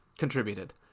Contributed